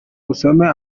usome